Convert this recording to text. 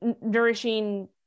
nourishing